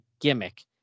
gimmick